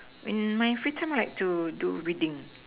in my free time I like to do reading